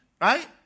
Right